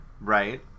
right